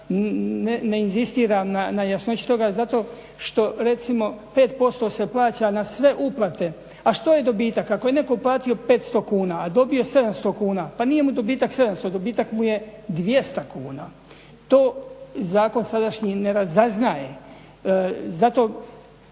ne inzistiram na jasnoći toga zato što recimo 5% se plaća na sve uplate. A što je dobitak? Ako je netko platio 500 kuna, a dobio 700 kuna pa nije mu dobitak 700, dobitak mu je 200 kuna. to zakon sadašnji ne razaznaje,